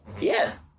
Yes